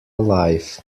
live